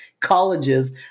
colleges